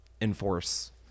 enforce